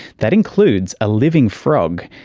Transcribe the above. that includes a living frog,